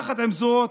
עם זאת,